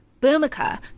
Boomika